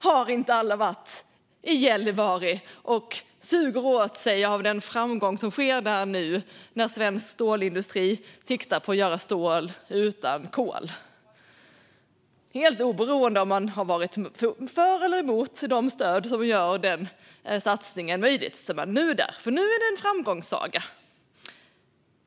Har inte alla varit i Gällivare och sugit åt sig av den framgång som sker där nu när svensk stålindustri siktar på att göra stål utan kol? Helt oberoende av om man har varit för eller emot de stöd som gör denna satsning möjlig är man där nu, för nu är det en framgångssaga.